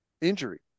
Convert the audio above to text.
injury